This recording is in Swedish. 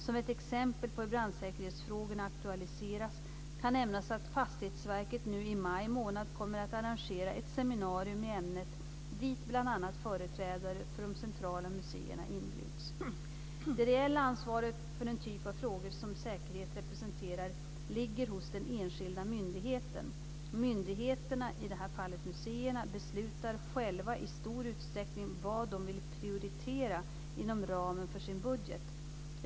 Som ett exempel på hur brandsäkerhetsfrågorna aktualiseras kan nämnas att Fastighetsverket nu i maj månad kommer att arrangera ett seminarium i ämnet, dit bl.a. företrädare för de centrala museerna inbjuds. Det reella ansvaret för den typ av frågor som säkerhet representerar ligger hos den enskilda myndigheten. Myndigheterna, i det här fallet museerna, beslutar själva i stor utsträckning vad de vill prioritera inom ramen för sin budget.